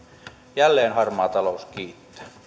jälleen harmaa talous kiittää